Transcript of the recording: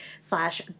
slash